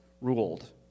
ruled